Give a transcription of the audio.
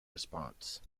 response